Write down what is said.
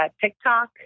TikTok